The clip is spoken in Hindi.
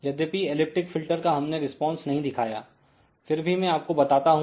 यद्यपि एलिप्टिक फिल्टर का हमने रिस्पांस नहीं दिखाया फिर भी मैं आपको बताता हूं